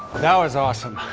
that was awesome!